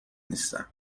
نیستم